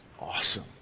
awesome